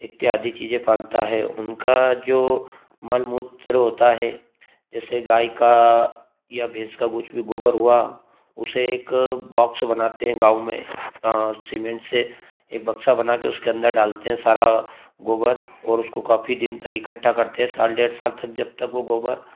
इत्यादि चीज़ें पालता है उनका जो माल मूत्र होता है जैसे गाय का या भैंस का कुछ भी गोबर हुआ उसे एक बॉक्स बनाते हैं गाँव में सीमेंट से एक बक्सा बना कर उसके अंदर डालते हैं सारा गोबर और उसको काफी दिन तक इकट्ठा करते हैं साल डेढ़ साल तक जब तक वो गोबर